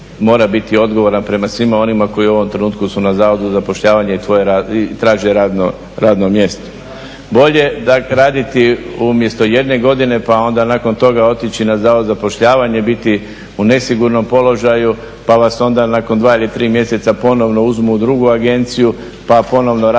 mora biti odgovoran prema svima onima koji u ovom trenutku su na zavodu za zapošljavanje i traže radno mjesto. Bolje raditi umjesto jedne godine, pa onda nakon toga otići na zavod za zapošljavanje, biti u nesigurnom položaju, pa vas onda nakon 2 ili 3 mjeseca ponovno uzmu u drugu agenciju pa ponovno radite